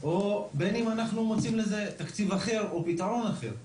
או בין אם אנחנו מוצאים לזה תקציב אחר או פתרון אחר,